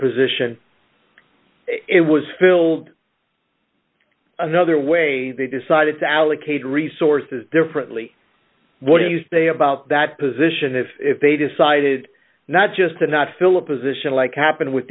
position it was filled another way they decided to allocate resources differently what do you say about that position if they decided not just to not fill a position like happened with